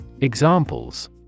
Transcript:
Examples